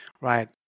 Right